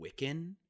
wiccan